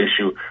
issue